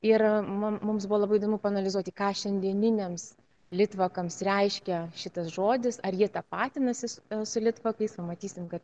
ir mum mums buvo labai įdomu paanalizuoti ką šiandieniniams litvakams reiškia šitas žodis ar jie tapatinasi su litvakais pamatysim kad